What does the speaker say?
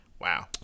Wow